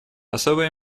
особое